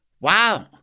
wow